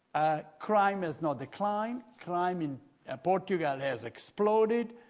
crime has not declined, crime in ah portugal has exploded.